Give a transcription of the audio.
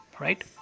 right